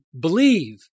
believe